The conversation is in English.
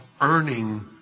earning